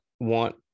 want